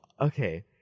okay